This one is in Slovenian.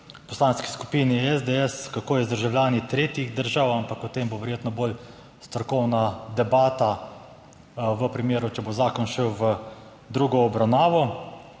Poslanski skupini SDS, kako je z državljani tretjih držav, ampak o tem bo verjetno bolj strokovna debata, če bo zakon šel v drugo obravnavo.